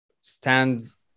stands